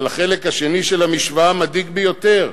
אבל החלק השני של המשוואה מדאיג ביותר.